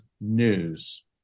news